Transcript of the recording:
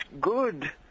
good